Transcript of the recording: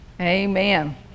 Amen